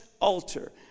altar